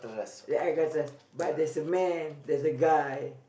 ya I got this but there is a man there is a guy